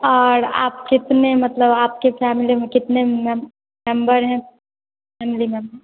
और आप कितने मतलब आपके फैमिली में कितने मेम्बर हैं फैमिली मेम्बर